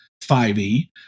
5e